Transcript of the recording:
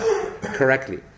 correctly